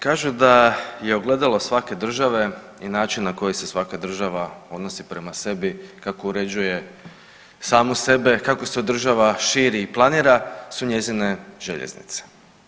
Kažu da je ogledalo svake države i način na koji se svaka država odnosi prema sebi kako uređuje samu sebe, kako se održava, širi i planira su njezine željeznice.